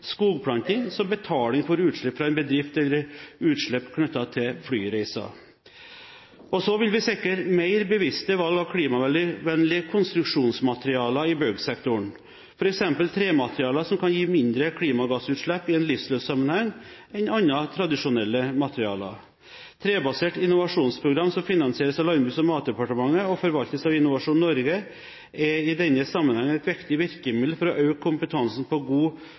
skogplanting, som «betaling» for utslipp fra en bedrift eller utslipp knyttet til flyreiser. Så vil vi sikre mer bevisste valg av klimavennlige konstruksjonsmaterialer i byggsektoren, f.eks. trematerialer som kan gi mindre klimagassutslipp i en livsløpssammenheng enn andre tradisjonelle materialer. Trebasert innovasjonsprogram som finansieres av Landbruks- og matdepartementet og forvaltes av Innovasjon Norge, er i denne sammenhengen et viktig virkemiddel for å øke kompetansen på god